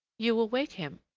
you will wake him.